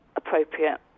appropriate